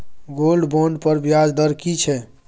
Gold bond पर ब्याज दर की छै?